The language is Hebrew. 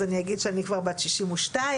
אז אני אגיד שאני כבר בת ששים ושתיים,